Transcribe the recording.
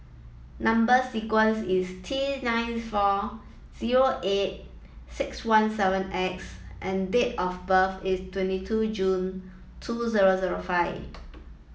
number sequence is T nine four zero eight six one seven X and date of birth is twenty two June two zero zero five